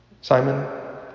Simon